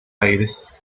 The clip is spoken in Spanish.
aires